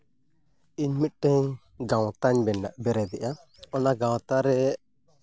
ᱤᱧ ᱢᱤᱫᱴᱟᱹᱝ ᱜᱟᱶᱛᱟᱧ ᱵᱮᱨᱮᱫᱮᱜᱼᱟ ᱚᱱᱟ ᱜᱟᱶᱛᱟ ᱨᱮ